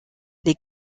les